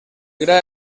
gra